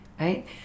Right